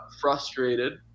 frustrated